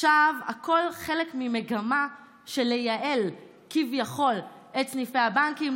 הכול חלק ממגמה של לייעל כביכול את סניפי הבנקים,